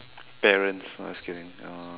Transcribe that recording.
parents no just kidding uh